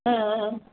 ம் ம் ம்